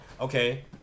Okay